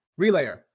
Relayer